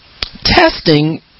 testing